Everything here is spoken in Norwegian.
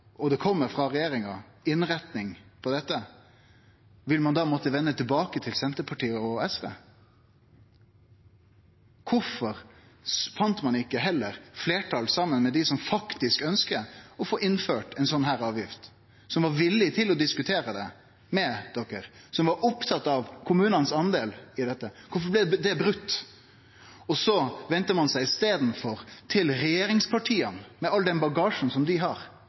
og det frå regjeringa kjem ei innretning for dette, må vende tilbake til Senterpartiet og SV? Korfor fant ein ikkje heller saman om eit fleirtal med dei som faktisk ønskjer å få innført ei sånn avgift, som var villige til å diskutere det, og som var opptatt av kor mykje kommunane skulle få? Korfor blei det brote? Korfor vendte ein seg i staden til regjeringspartia – med all den bagasjen dei har?